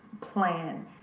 plan